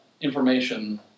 information